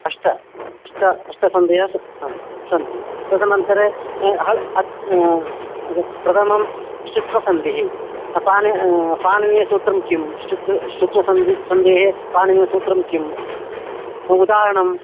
अष्ट अष्ट अष्ट सन्धयः स ह्म् सन्ति तदनन्तरं हल् अच् प्रथमं श्चुत्वसन्धिः प पाने पाणिनीयसूत्रं किं श्चुत्वं श्चुत्वसन्धिः सन्धेः पाणिनीयसूत्रं किम् उदाहरणं